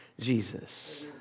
Jesus